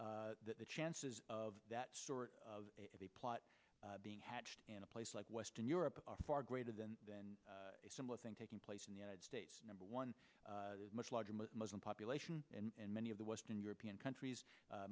that the chances of that sort of plot being hatched in a place like western europe are far greater than a similar thing taking place in the united states number one much larger muslim population and many of the western european countries